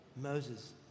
Moses